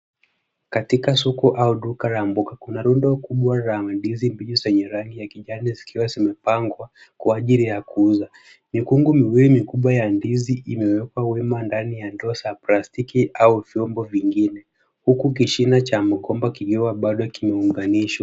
Katika soko au duka la mboga kuna rundo kubwa la mandizi, ndizi zenye rangi ya kijani zikiwa zimepangwa kwa ajili ya kuuza. Mikungu miwili mikubwa ya ndizi imewekwa wema ndani ya ndoo za plastiki au vyombo vingine, huku kishina cha mgomba kikiwa bado kimeunganishwa.